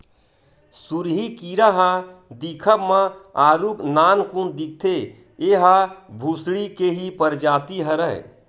सुरही कीरा ह दिखब म आरुग नानकुन दिखथे, ऐहा भूसड़ी के ही परजाति हरय